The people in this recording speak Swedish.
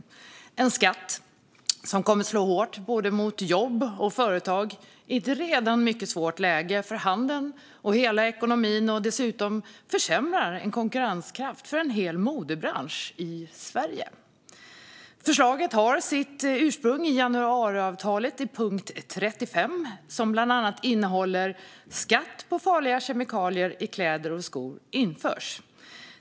Det är en skatt som kommer att slå hårt både mot jobb och mot företag i ett redan mycket svårt läge för handeln och för hela ekonomin och som dessutom kommer att försämra konkurrenskraften för en hel modebransch i Sverige. Förslaget har sitt ursprung i punkt 35 i januariavtalet, som bland annat innebär att skatt på farliga kemikalier i kläder och skor införs.